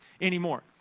anymore